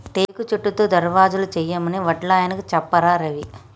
టేకు చెక్కతో దర్వాజలు చేయమని వడ్లాయనకు చెప్పారా రవి